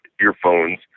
earphones